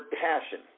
passion